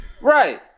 Right